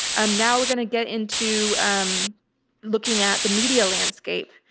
um, now we're going to get into, i'm looking at the media landscape.